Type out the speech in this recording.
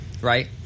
right